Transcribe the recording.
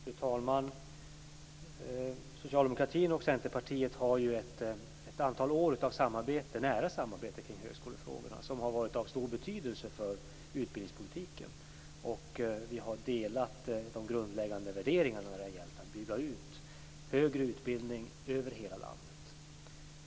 Fru talman! Socialdemokratin och Centerpartiet har ju samarbetat nära kring högskolefrågor i ett antal år. Det har varit av stor betydelse för utbildningspolitiken. Vi har delat de grundläggande värderingarna när det har gällt att bygga ut den högre utbildningen över hela landet.